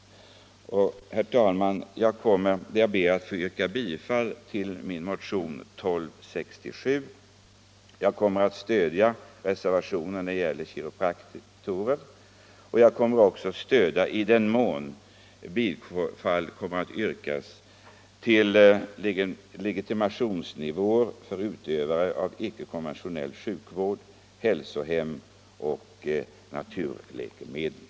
Herr talman! Jag ber att få yrka bifall till min motion 1267. Jag kommer att stödja reservationen beträffande kiropraktorer och även, i den mån bifall kommer att yrkas, motionerna om legitimationsnivåer för utövare av icke konventionell sjukvård, om hälsohem och naturläkemedel.